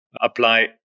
apply